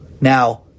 Now